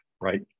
right